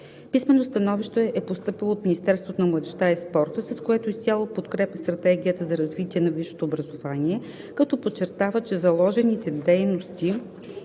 Писмено становище е постъпило от Министерството на младежта и спорта, с което изцяло подкрепя Стратегията за развитие на висшето образование, като подчертава, че заложените дейности